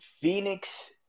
Phoenix